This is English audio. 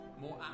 more